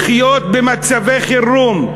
לחיות במצבי חירום,